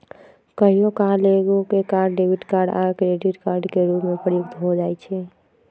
कहियो काल एकेगो कार्ड डेबिट कार्ड आ क्रेडिट कार्ड के रूप में प्रयुक्त हो जाइ छइ